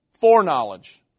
foreknowledge